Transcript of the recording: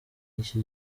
iki